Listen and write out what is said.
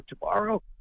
tomorrow